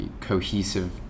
cohesive